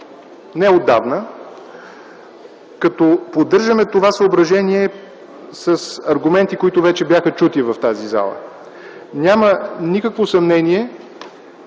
неотдавна, като поддържаме това съображение с аргументи, които вече бяха чути в тази зала. Няма никакво съмнение,